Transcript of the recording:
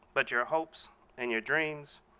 but your hopes and your dreams.